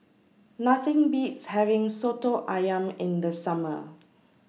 Nothing Beats having Soto Ayam in The Summer